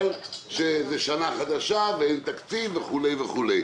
לעבוד בגלל שזה שנה חדשה ואין תקציב וכולי וכולי.